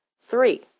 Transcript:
three